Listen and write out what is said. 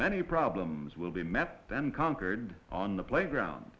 many problems will be met then conquered on the playground